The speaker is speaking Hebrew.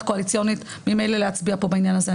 קואליציונית ממילא להצביע פה בעניין הזה.